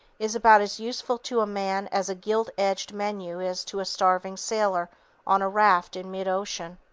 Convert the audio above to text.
is about as useful to a man, as a gilt-edged menu is to a starving sailor on a raft in mid-ocean.